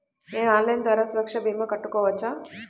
నేను ఆన్లైన్ ద్వారా సురక్ష భీమా కట్టుకోవచ్చా?